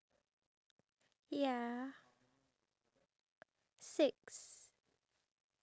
and for dogs you need to take them out for a walk otherwise they will get